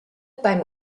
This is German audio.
beim